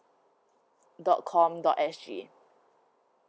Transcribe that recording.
dot com dot S G